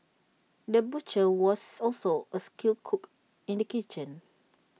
the butcher was also A skilled cook in the kitchen